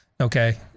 Okay